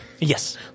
yes